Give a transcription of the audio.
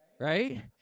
right